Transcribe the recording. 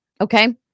Okay